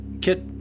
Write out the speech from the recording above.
kit